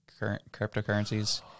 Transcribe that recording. cryptocurrencies